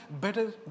better